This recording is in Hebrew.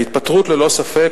ללא ספק,